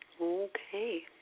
Okay